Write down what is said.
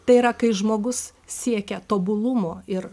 tai yra kai žmogus siekia tobulumo ir